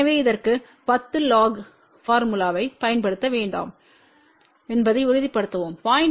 எனவே இதற்கு 10 log போர்முலாத்தைப் பயன்படுத்த வேண்டாம் என்பதை உறுதிப்படுத்தவும் 0